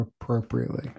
appropriately